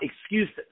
excuses